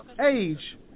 age